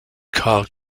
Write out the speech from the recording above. carl